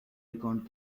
account